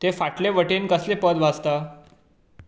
तें फाटलें वटेन कसलें पद वाजता